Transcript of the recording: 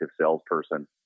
salesperson